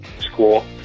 school